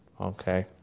okay